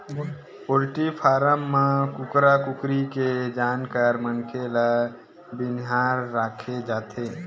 poultry farm म कुकरा कुकरी के जानकार मनखे ल बनिहार राखे जाथे